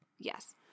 Yes